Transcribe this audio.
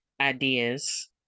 ideas